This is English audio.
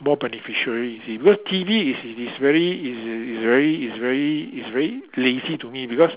more beneficiary you see because T_V is is very is is very is very is very lazy to me because